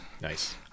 Nice